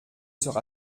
sera